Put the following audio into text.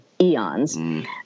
eons